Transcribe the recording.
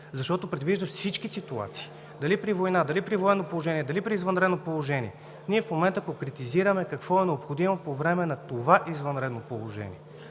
защото предвижда всички ситуации – дали при война, дали при военно положение, дали при извънредно положение. Ние в момента конкретизираме какво е необходимо по време на това извънредно положение.